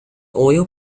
oil